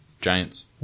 Giants